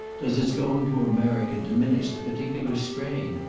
does his going to america diminish the particular strain?